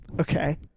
Okay